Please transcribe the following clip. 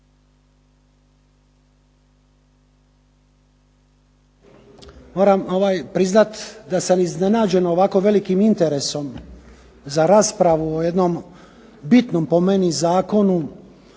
Moram priznat da sam iznenađen ovako velikim interesom za raspravu o jednom bitnom po meni zakonu,